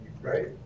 right